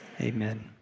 amen